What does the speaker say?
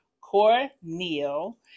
Cornel